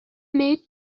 made